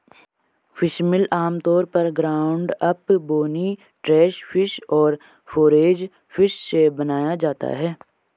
fishmeal आमतौर पर ground up, bony trash fish और फोरेज फिश से बनाया जाता है